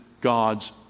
God's